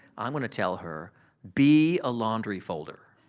i'm gonna tell her be a laundry folder.